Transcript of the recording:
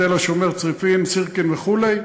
תל-השומר, צריפין, סירקין וכולי,